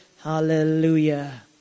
hallelujah